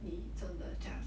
你真的 just